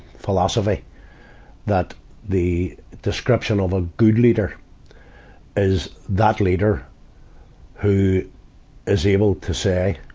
philosophy that the description of a good leader is that leader who is able to say,